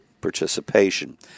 participation